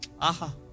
Aha